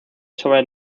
sobre